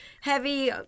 heavy